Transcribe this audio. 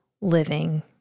living